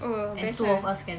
oh best lah